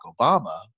Obama